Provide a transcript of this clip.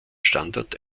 standort